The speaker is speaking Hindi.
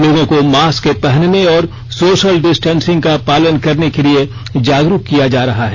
लोगों को मास्क पहनने और सोशल डिस्टेंसिंग का पालन करने के लिए जागरूक किया जा रहा है